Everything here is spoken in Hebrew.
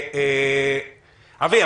אבי,